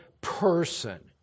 person